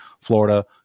Florida